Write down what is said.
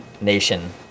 nation